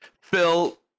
Phil